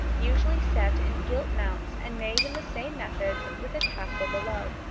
usually set in gilt mounts and made in the same methods with a tassel below.